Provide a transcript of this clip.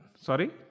Sorry